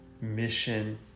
mission